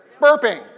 Burping